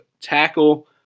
tackle